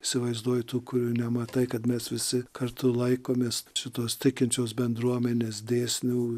įsivaizduoji tų kurių nematai kad mes visi kartu laikomės šitos tikinčios bendruomenės dėsnių